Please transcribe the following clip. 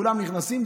כולם נכנסים,